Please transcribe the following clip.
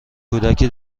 کودکی